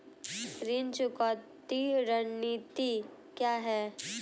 ऋण चुकौती रणनीति क्या है?